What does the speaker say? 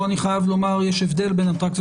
פה אני חייב לומר שיש הבדל בין אטרקציות